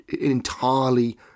entirely